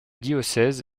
diocèse